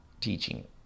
teaching